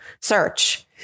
search